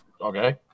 Okay